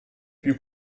più